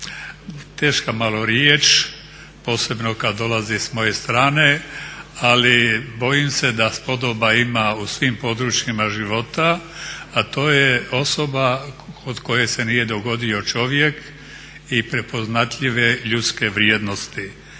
Teška malo riječ posebno kad dolazi sa moje strane, ali bojim se da spodoba ima u svim područjima života, a to je osoba od koje se nije dogodio čovjek i prepoznatljive ljudske vrijednosti.